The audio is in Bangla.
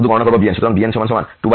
সুতরাং আমরা শুধুগণনা করব bn